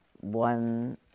one